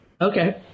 Okay